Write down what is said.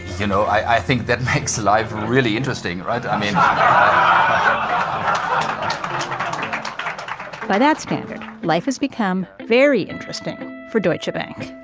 you know, i think that makes life really interesting, right? i mean, i. um by that standard, life has become very interesting for deutsche bank.